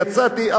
ויצאתי,